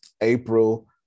april